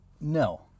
no